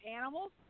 animals